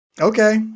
Okay